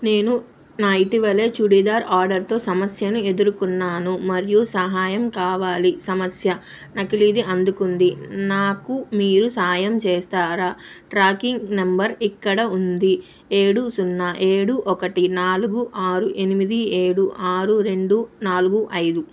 నేను నా ఇటీవల చుడిదార్ ఆర్డర్తో సమస్యను ఎదురుకున్నాను మరియు సహాయం కావాలి సమస్య నకిలీది అందుకుంది నాకు మీరు సాయం చేస్తారా ట్రాకింగ్ నంబర్ ఇక్కడ ఉంది ఏడు సున్నా ఏడు ఒకటి నాలుగు ఆరు ఎనిమిది ఏడు ఆరు రెండు నాలుగు ఐదు